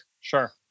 sure